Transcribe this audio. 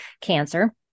cancer